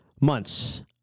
months